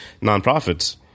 non-profits